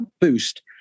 boost